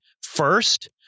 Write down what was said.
first